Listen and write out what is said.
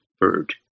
bird